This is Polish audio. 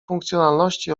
funkcjonalności